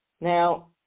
Now